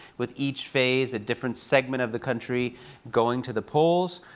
with each phase a different segment of the country going to the polls.